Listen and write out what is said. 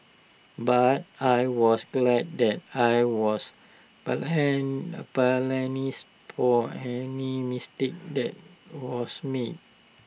but I was glad that I was for any mistake that was made